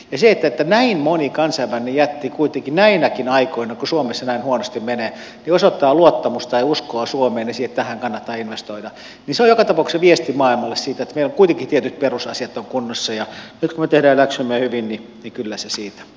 se että näin moni kansainvälinen jätti kuitenkin näinäkin aikoina kun suomessa näin huonosti menee osoittaa luottamusta ja uskoa suomeen ja siihen että tähän kannattaa investoida on joka tapauksessa viesti maailmalle siitä että meillä kuitenkin tietyt perusasiat ovat kunnossa ja nyt kun me teemme läksymme hyvin niin kyllä se siitä